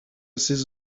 ses